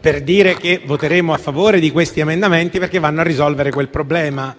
per dire che voteremo a favore di questi emendamenti perché vanno a risolvere un problema,